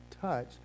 touch